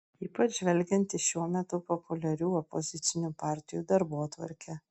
ypač žvelgiant į šiuo metu populiarių opozicinių partijų darbotvarkę